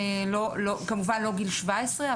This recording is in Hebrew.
כמובן לא גיל 17,